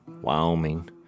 Wyoming